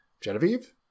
Genevieve